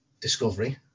Discovery